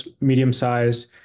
medium-sized